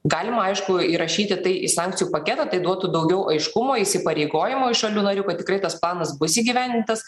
galima aišku įrašyti tai į sankcijų paketą tai duotų daugiau aiškumo įsipareigojimui iš šalių narių kad tikrai tas planas bus įgyvendintas